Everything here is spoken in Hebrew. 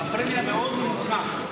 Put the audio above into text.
והפרמיה מאוד נמוכה.